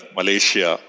Malaysia